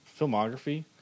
filmography